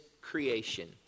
creation